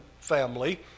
family